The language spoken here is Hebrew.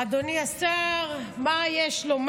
חבר הכנסת ולדימיר בליאק,